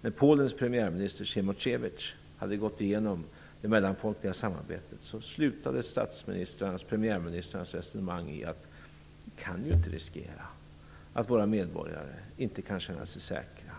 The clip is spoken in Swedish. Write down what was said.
När Polens premiärminister Cimoscewicz hade gått igenom det mellanfolkliga samarbetet slutade statsministrarnas och premiärministrarnas resonemang i att vi inte kan riskera att våra medborgare inte kan känna sig säkra.